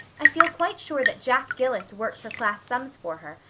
i feel quite sure that jack gillis works her class sums for her,